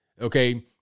okay